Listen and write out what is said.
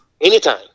anytime